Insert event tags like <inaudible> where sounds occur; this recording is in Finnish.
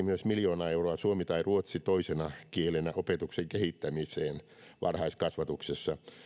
<unintelligible> myös lisäsi miljoona euroa suomi tai ruotsi toisena kielenä opetuksen kehittämiseen varhaiskasvatuksessa